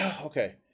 Okay